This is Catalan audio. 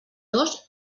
dos